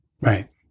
Right